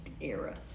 era